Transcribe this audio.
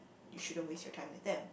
you shouldn't waste your time with them